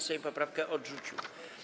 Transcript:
Sejm poprawkę odrzucił.